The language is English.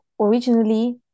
originally